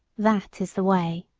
that is the way.